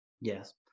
yes